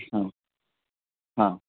हां हां